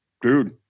dude